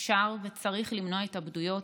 אפשר וצריך למנוע התאבדויות.